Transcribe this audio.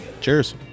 Cheers